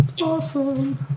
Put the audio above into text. Awesome